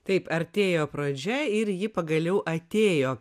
taip artėjo pradžia ir ji pagaliau atėjo